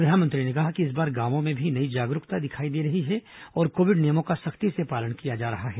प्रधानमंत्री ने कहा कि इस बार गांवों में भी नई जागरूकता दिखाई दे रही है और कोविड नियमों का सख्ती से पालन किया जा रहा है